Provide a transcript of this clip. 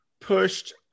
pushed